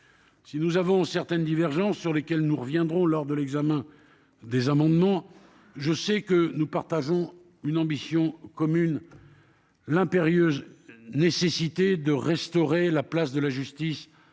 Si nous avons certaines divergences, sur lesquelles nous reviendrons lors de l'examen des amendements, je sais que nous partageons une ambition commune, en réponse à l'impérieuse nécessité de restaurer la place de la justice.